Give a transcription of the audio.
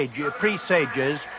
presages